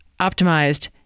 optimized